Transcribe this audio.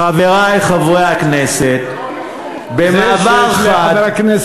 חברי חברי הכנסת, במעבר חד,